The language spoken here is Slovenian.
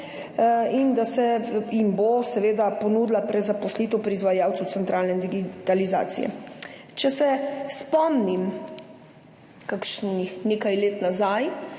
in da se, jim bo seveda ponudila prezaposlitev pri izvajalcu centralne digitalizacije. Če se spomnim nekaj let nazaj,